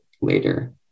later